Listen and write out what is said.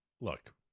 look